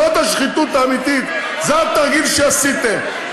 זאת השחיתות האמיתית, זה התרגיל שעשיתם.